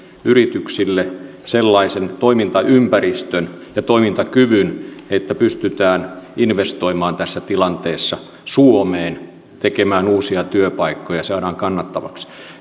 yrityksille sellaisen toimintaympäristön ja toimintakyvyn että pystytään investoimaan tässä tilanteessa suomeen tekemään uusia työpaikkoja saadaan kannattavaksi